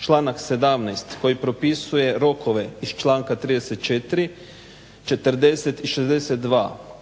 članak 17.koji propisuje rokove iz članka 34., 40.i 62.kod